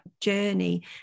journey